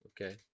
Okay